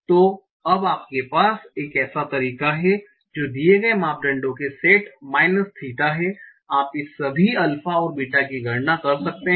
तो अब आपके पास एक ऐसा तरीका है जो दिये गए मापदंडों के सेट माइनस थीटा हैं आप इस सभी अल्फा और बीटा की गणना कर सकते हैं